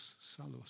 salus